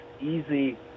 easy